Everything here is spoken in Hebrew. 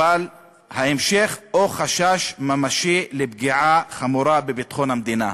אבל ההמשך: או חשש ממשי לפגיעה חמורה בביטחון המדינה.